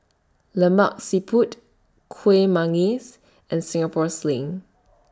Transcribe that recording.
Lemak Siput Kuih Manggis and Singapore Sling